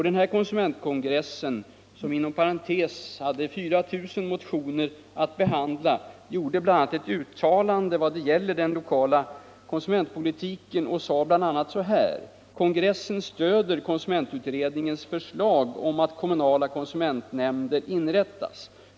Denna konsumentkongress, som inom parentes sagt hade 4 000 motioner att behandla, gjorde bl.a. ett uttalande om den lokala konsumentpolitiken och sade bl.a. följande: ”Kongressen stöder konsumentutredningens förslag om att kommunala konsumentnämnder inrättas.